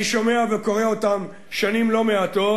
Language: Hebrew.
אני שומע וקורא אותם שנים לא מעטות.